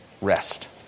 Rest